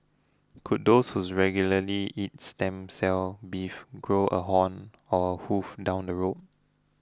could those who's regularly eat stem cell beef grow a horn or a hoof down the road